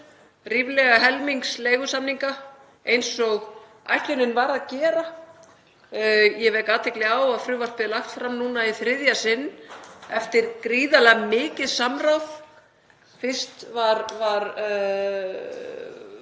ríflega helmings leigusamninga eins og ætlunin var að gera. Ég vek athygli á að frumvarpið er lagt fram núna í þriðja sinn eftir gríðarlega mikið samráð. Fyrst var